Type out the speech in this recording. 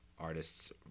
artists